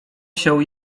się